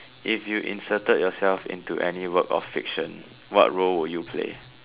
if you inserted yourself into any work of fiction what role will you play